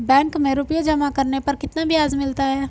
Bank में रुपये जमा करने पर कितना ब्याज मिलता है?